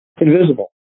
invisible